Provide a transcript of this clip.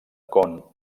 com